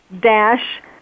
dash